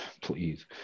please